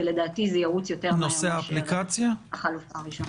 ולדעתי זה ירוץ יותר מהר מאשר החלופה הראשונה.